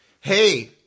hey